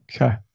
Okay